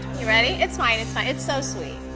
you ready? it's fine. it's fine. it's so sweet.